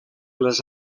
les